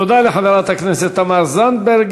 תודה לחברת הכנסת תמר זנדברג.